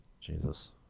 Jesus